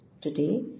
Today